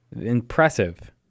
Impressive